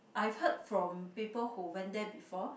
I've heard from people who went there before